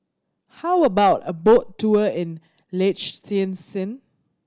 how about a boat tour in Liechtenstein